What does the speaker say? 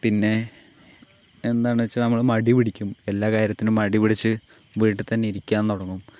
പിന്നെ എന്താണെന്നു വെച്ചാൽ നമ്മൾ മടി പിടിക്കും എല്ലാ കാര്യത്തിനും മടി പിടിച്ച് വീട്ടിൽ തന്നെ ഇരിക്കാൻ തുടങ്ങും